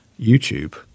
youtube